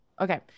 Okay